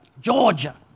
Georgia